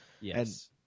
Yes